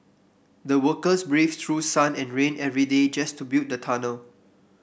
the workers braved through sun and rain every day just to build the tunnel